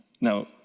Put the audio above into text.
Now